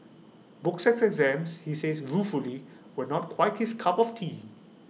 books and exams he says ruefully were not quite his cup of tea